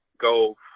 go